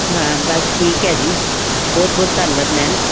ਹਾਂ ਬਸ ਠੀਕ ਹੈ ਜੀ ਬਹੁਤ ਬਹੁਤ ਧੰਨਵਾਦ ਮੈਮ